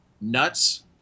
nuts